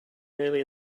early